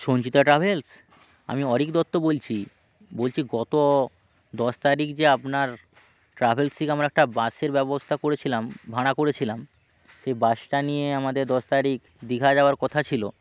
Sanchita travels আমি অরিক দত্ত বলছি বলছি গত দশ তারিখ যে আপনার ট্রাভেলস থেকে আমরা একটা বাসের ব্যবস্থা করেছিলাম ভাড়া করেছিলাম সেই বাসটা নিয়ে আমাদের দশ তারিখ দীঘা যাওয়ার কথা ছিল